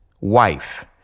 wife